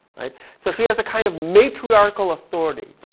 right? so she has a kind of matriarchal authority.